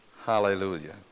Hallelujah